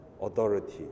authority